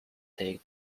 take